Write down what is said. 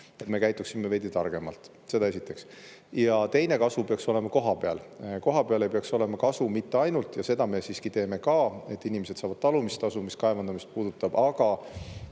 me käituksime veidi targemalt. Seda esiteks. Ja teine [on see, et] kasu peaks olema kohapeal. Kohapeal ei peaks olema kasu mitte ainult selles mõttes, kuigi seda me siiski teeme ka, et inimesed saavad talumistasu, mis kaevandamist puudutab, aga